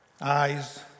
eyes